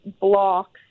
blocks